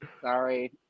Sorry